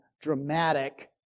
dramatic